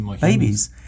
babies